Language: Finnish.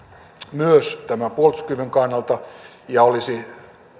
myös puolustuskyvyn kannalta ja olisi